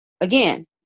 Again